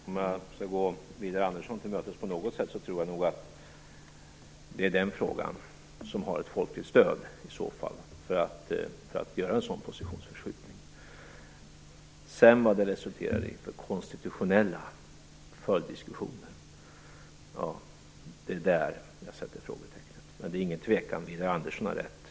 Fru talman! För att gå Widar Andersson till mötes på något sätt vill jag säga att det nog är i den frågan det i så fall finns folkligt stöd för en sådan positionsförskjutning. Det är beträffande vad det sedan får för konstitutionella följddiskussioner som jag sätter frågetecknet. Men det råder inget tvivel om att Widar Andersson har rätt.